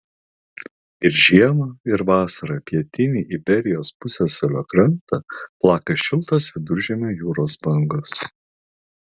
ir žiemą ir vasarą pietinį iberijos pusiasalio krantą plaka šiltos viduržemio jūros bangos